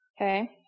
Okay